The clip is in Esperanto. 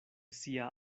sia